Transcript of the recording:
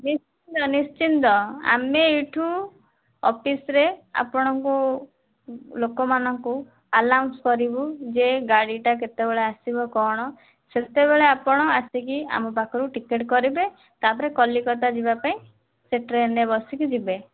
ନିଶ୍ଚିତ ନିଶ୍ଚିତ ଆମେ ଏଠୁ ଅଫିସ୍ ରେ ଆପଣଙ୍କୁ ଲୋକମାନଙ୍କୁ ଆନାଉନ୍ସ କରିବୁ ଯେ ଗାଡ଼ିଟା କେତେବେଳେ ଆସିବ କ'ଣ ସେତେବେଳେ ଆପଣ ଆସିକି ଆମ ପାଖରୁ ଟିକେଟ୍ କରିବେ ତା'ପରେ କଲିକତା ଯିବା ପାଇଁ ସେ ଟ୍ରେନ୍ ରେ ବସିକି ଯିବେ